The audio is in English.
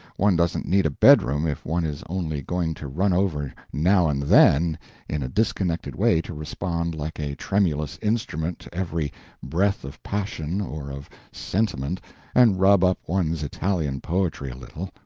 one doesn't need a bedroom if one is only going to run over now and then in a disconnected way to respond like a tremulous instrument to every breath of passion or of sentiment and rub up one's italian poetry a little.